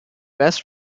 best